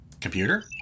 Computer